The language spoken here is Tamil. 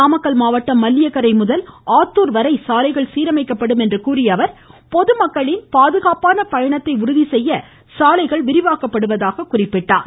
நாமக்கல் மாவட்டம் மல்லியக்கரை முதல் ஆத்தூர் வரை சாலைகள் சீரமைக்கப்படும் என்று கூறிய அவர் பொதுமக்களின் பாதுகாப்பான பயணத்தை உறுதிசெய்ய சாலைகள் விரிவாக்கப்படுவதாக எடுத்துரைத்தார்